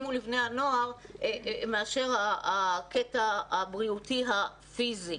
ולבני הנוער מאשר הקטע הבריאותי הפיזי.